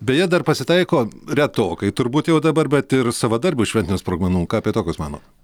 beje dar pasitaiko retokai turbūt jau dabar bet ir savadarbių šventinių sprogmenų ką apie tokius manot